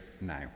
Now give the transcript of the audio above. now